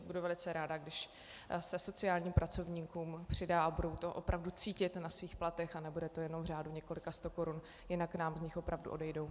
Budu velice ráda, když se sociálním pracovníkům přidá a budou to opravdu cítit na svých platech a nebude to jenom v řádu několika stokorun, jinak nám z nich opravdu odejdou.